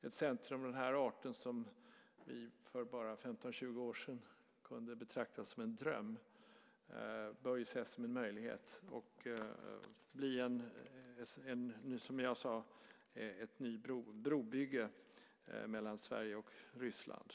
Ett centrum av den här arten, som vi för bara 15-20 år sedan kunde betrakta som en dröm, bör ses som en möjlighet och bli, som jag sade, ett nytt brobygge mellan Sverige och Ryssland.